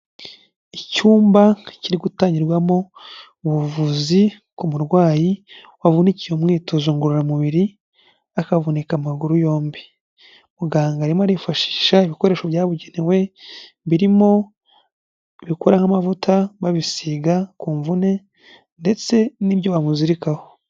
Icyumba kiri gutangirwamo ubuvuzi ku murwayi wavunikiye mu mwitozo ngororamubiri, akavunika amaguru yombi, muganga arimo arifashisha ibikoresho byabugenewe, birimo ibikuramo amavuta, babisiga ku mvune ndetse n'ibyo bamuzirikaho.